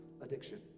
addiction